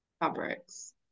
fabrics